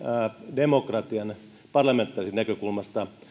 demokratian kannalta parlamentaarisesta näkökulmasta